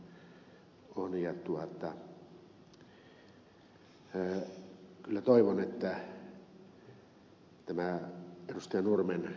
näin varmasti on ja kyllä toivon meneepä tämä ed